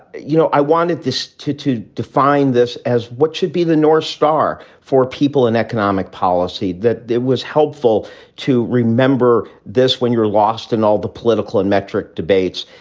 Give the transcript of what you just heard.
you know, i wanted this to to define this as what should be the north star for people in economic policy, that it was helpful to remember this when you're lost in all the political and metrick debates.